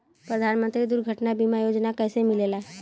प्रधानमंत्री दुर्घटना बीमा योजना कैसे मिलेला?